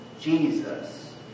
Jesus